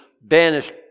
banished